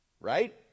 right